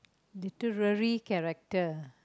literally character